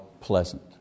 pleasant